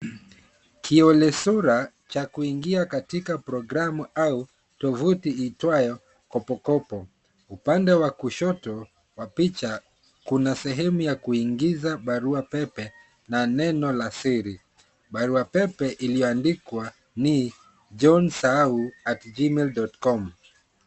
Kiolesura cha kuingia katika programu au tovuti iitwayo kopokopo. Upande wa kushoto wa picha kuna sehemu ya kuingiza barua pepe na neno la siri. Barua pepe iliyoandikwa ni johnsahau@gmail.com.